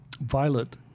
violet